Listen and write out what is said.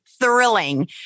thrilling